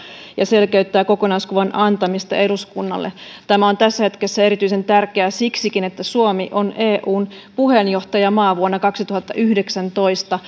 ja selkeyttää kokonaiskuvan antamista eduskunnalle tämä on tässä hetkessä erityisen tärkeää siksikin että suomi on eun puheenjohtajamaa vuonna kaksituhattayhdeksäntoista